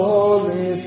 Holy